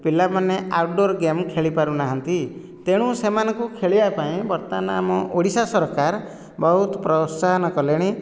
ପିଲାମାନେ outdoor game ଖେଳିପାରୁନାହାନ୍ତି ତେଣୁ ସେମାନଙ୍କୁ ଖେଳିବା ପାଇଁ ବର୍ତ୍ତମାନ ଆମ ଓଡ଼ିଶା ସରକାର ବହୁତ ପ୍ରୋତ୍ସାହନ କଲେଣି